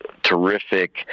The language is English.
terrific